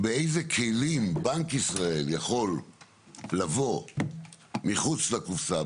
באיזה כלים בנק ישראל יכול לבוא מחוץ לקופסה,